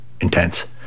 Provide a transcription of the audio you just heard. intense